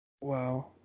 Wow